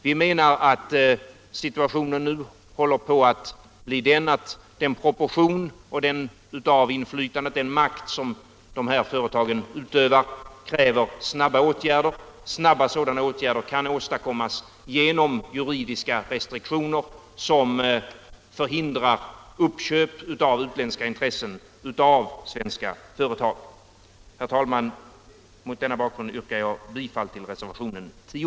Vi menar att situationen nu håller på att bli den, att proportionen av den makt som dessa företag utövar kräver snabba åtgärder. Snabba sådana åtgärder kan åstadkommas genom juridiska restriktioner som förhindrar utländska intressen att uppköpa svenska företag.